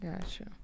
Gotcha